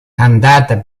andata